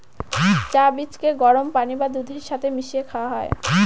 চা বীজকে গরম পানি বা দুধের সাথে মিশিয়ে খাওয়া হয়